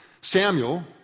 Samuel